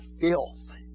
filth